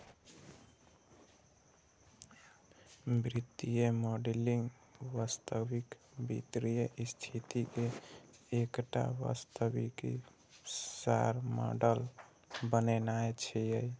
वित्तीय मॉडलिंग वास्तविक वित्तीय स्थिति के एकटा वास्तविक सार मॉडल बनेनाय छियै